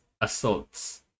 assaults